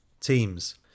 Teams